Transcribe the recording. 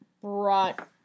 brought